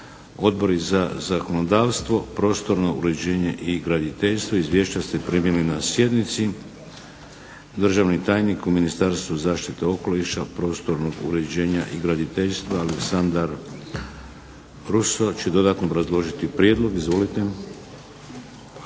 Odbori za zakonodavstvo, prostorno uređenje i graditeljstvo. Izvješća ste primili na sjednici. Državni tajnik u Ministarstvu zaštite okoliša, prostornog uređenja i graditeljstva Aleksandar Ruso će dodatno obrazložiti prijedlog. Izvolite.